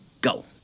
go